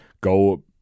go